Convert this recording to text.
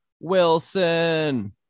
Wilson